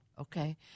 Okay